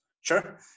Sure